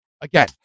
Again